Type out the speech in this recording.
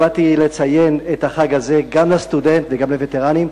באתי לציין את החג הזה גם לסטודנטים וגם לווטרנים.